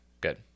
good